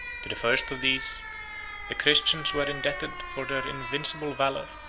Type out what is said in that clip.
to the first of these the christians were indebted for their invincible valor,